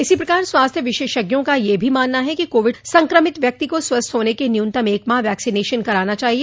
इसी प्रकार स्वास्थ्य विशेषज्ञों का यह भी मानना है कि कोविड संक्रमित व्यक्ति को स्वस्थ होने के न्यूनतम एक माह वैक्सीनेशन कराना चाहिये